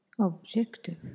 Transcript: objective